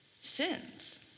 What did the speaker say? sins